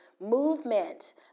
movement